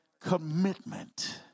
commitment